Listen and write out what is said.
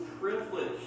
privilege